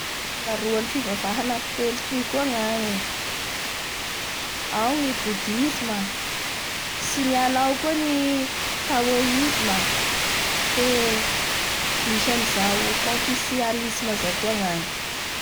Fifangaroan'ny fivavaha anakitelo toy koa ny any e! ao ny boudisme tsy miala ao koa ny Taoisme fe misy anizao conficianisme zao koa ny angy!